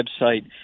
website